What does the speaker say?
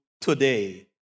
today